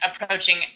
approaching